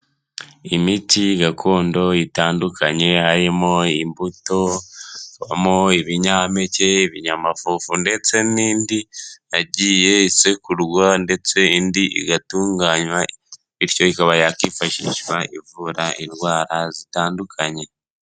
Imiti gakondo itandukanye harimo; imbuto hakabamo ibinyampeke, ibinyamafuvu ndetse n'indi yagiye isekurwa, ndetse indi igatunganywa bityo ikaba yakifashishwa ivura indwara zitandukanye.